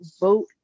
vote